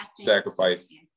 sacrifice